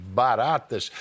baratas